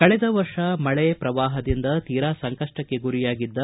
ಕಳೆದ ವರ್ಷ ಮಳೆ ಪ್ರವಾಹದಿಂದ ತೀರಾ ಸಂಕಷ್ಟಕ್ಕೆ ಗುರಿಯಾಗಿದ್ದ